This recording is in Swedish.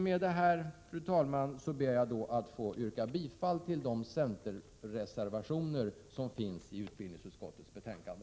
Med detta, fru talman, ber jag att få yrka bifall till de centerreservationer som finns fogade till utbildningsutskottets betänkande.